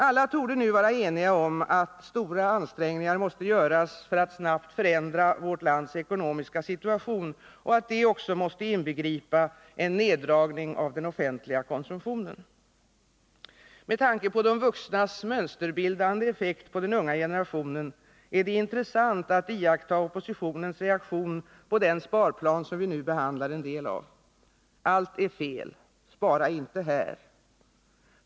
Alla torde nu vara eniga om att stora ansträngningar måste göras för att snabbt förändra vårt lands ekonomiska situation och att detta också måste inbegripa en neddragning av den offentliga konsumtionen. Med tanke på de vuxnas mönsterbildande effekt på den unga generationen är det intressant att iaktta oppositionens reaktion på den sparplan som vi nu behandlar en del av. Den är: Allt är fel — spara inte här!